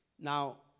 Now